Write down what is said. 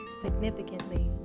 significantly